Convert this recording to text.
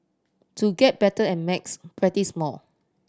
to get better at maths practise more